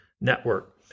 network